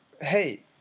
hey